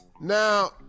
Now